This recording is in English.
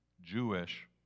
Jewish